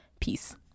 peace